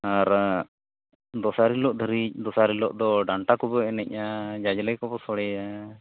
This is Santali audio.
ᱟᱨ ᱫᱚᱥᱟᱨ ᱦᱤᱞᱳᱜ ᱫᱷᱟᱹᱨᱤᱡ ᱫᱚᱥᱟᱨ ᱦᱤᱞᱳᱜᱫᱚ ᱰᱟᱱᱴᱟᱠᱚᱵᱚ ᱮᱱᱮᱡᱟ ᱡᱟᱡᱽᱞᱮ ᱠᱚᱵᱚ ᱥᱳᱲᱮᱭᱟ